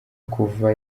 kuva